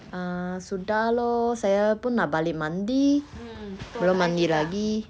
ah sudah lor saya pun nak balik mandi belum mandi lagi